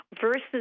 versus